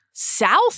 South